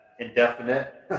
indefinite